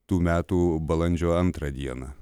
tų metų balandžio antrą dieną